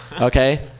okay